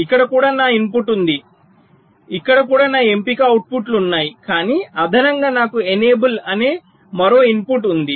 ఇక్కడ కూడా నా ఇన్పుట్ ఉంది ఇక్కడ కూడా నా ఎంపిక అవుట్పుట్లు ఉన్నాయి కానీ అదనంగా నాకు ఎనేబుల్ అనే మరో ఇన్పుట్ ఉంది